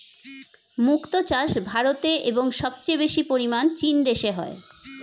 মুক্ত চাষ ভারতে এবং সবচেয়ে বেশি পরিমাণ চীন দেশে হয়